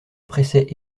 pressait